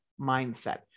mindset